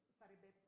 sarebbe